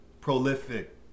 prolific